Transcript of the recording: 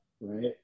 right